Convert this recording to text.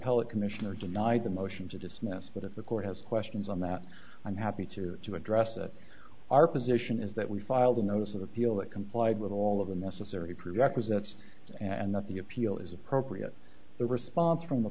appellate commissioner denied the motion to dismiss but if the court has questions on that i'm happy to to address that our position is that we filed a notice of appeal that complied with all of the necessary prerequisites and that the appeal is appropriate the response from